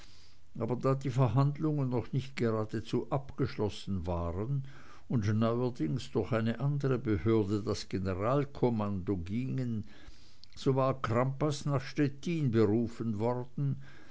aber da die verhandlungen noch nicht geradezu abgeschlossen waren und neuerdings durch eine andere behörde das generalkommando gingen so war crampas nach stettin berufen worden